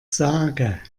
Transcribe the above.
sage